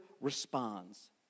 responds